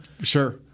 sure